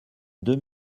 deux